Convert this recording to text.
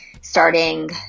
starting